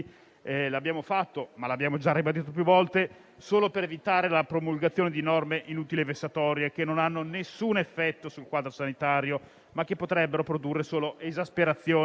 lo fa, come ribadito più volte, solo per evitare la promulgazione di norme inutili e vessatorie, che non hanno effetto alcuno sul quadro sanitario, ma che potrebbero produrre solo esasperazione